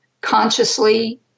consciously